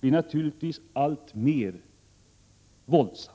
blir alltmer våldsam.